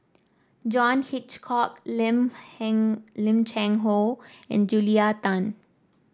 John Hitchcock Lim Cheng Hoe and Julia Tan